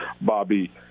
Bobby